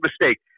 mistake